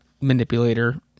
manipulator